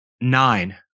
nine